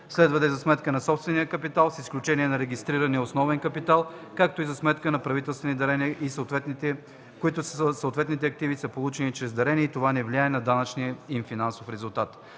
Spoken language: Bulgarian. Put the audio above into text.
следва да е за сметка на собствения капитал, с изключение на регистрирания основен капитал, както и за сметка на правителствени дарения, когато съответните активи са получени чрез дарение и това не влияе на данъчния им финансов резултат.